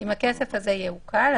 אם הכסף הזה יעוקל,